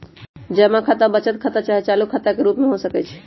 जमा खता बचत खता चाहे चालू खता के रूप में हो सकइ छै